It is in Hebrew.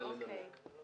נא לנמק.